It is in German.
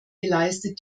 geleistet